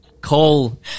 call